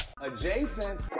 Adjacent